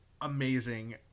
amazing